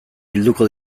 bilduko